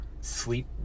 sleep